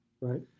Right